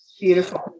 Beautiful